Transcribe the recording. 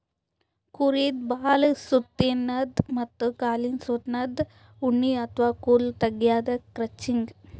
ಕುರಿದ್ ಬಾಲದ್ ಸುತ್ತಿನ್ದ ಮತ್ತ್ ಕಾಲಿಂದ್ ಸುತ್ತಿನ್ದ ಉಣ್ಣಿ ಅಥವಾ ಕೂದಲ್ ತೆಗ್ಯದೆ ಕ್ರಚಿಂಗ್